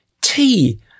Tea